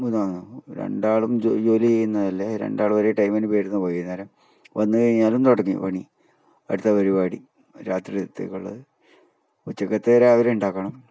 ഇതാണ് രണ്ടാളും ജോലി ചെയ്യുന്നതല്ലേ രണ്ടാളും ഒരേ ടൈമിന് വരുന്നു വൈകുന്നേരം വന്ന് കഴിഞ്ഞാലും തുടങ്ങി പണി അടുത്ത പരിപാടി രാത്രിയിലത്തേക്ക് ഉള്ളത് ഉച്ചക്കത്തേ രാവിലെ ഉണ്ടാക്കണം